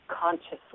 consciously